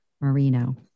Marino